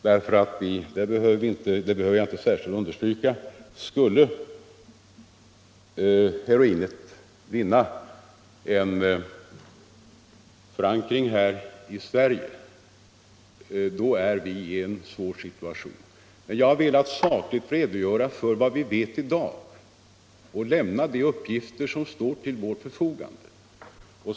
Skulle heroinet få en verklig förankring i Sverige, skulle vi befinna oss i en bekymmersam situation. Jag har velat redogöra för vad vi vet i dag och lämna de uppgifter som står till vårt förfogande.